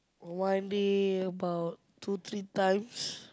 one day about two three times